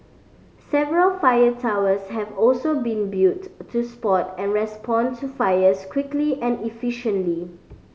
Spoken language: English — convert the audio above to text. several fire towers have also been built to spot and respond to fires quickly and efficiently